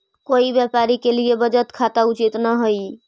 कोई व्यापारी के लिए बचत खाता उचित न हइ